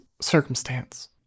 circumstance